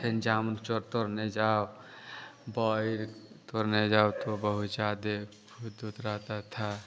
फिर जामुन चो तोड़ने जाओ तोड़ने जाओ तो बहुत ज़्यादा भूत ऊत रहता था